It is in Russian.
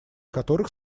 которых